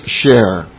share